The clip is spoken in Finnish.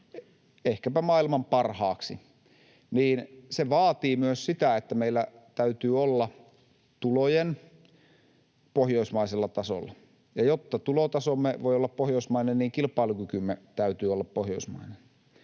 ehkäpä maailman parhaaksi — niin se vaatii myös sitä, että meillä täytyy tulojen olla pohjoismaisella tasolla, ja jotta tulotasomme voi olla pohjoismainen, niin kilpailukykymme täytyy olla pohjoismainen.